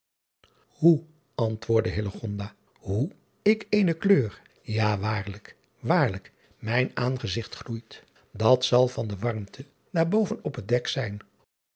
oe antwoordde hoe ik eene kleur a waarlijk waarlijk mijn aangezigt gloeit dat zal van de warmte daar boven op het dek zijn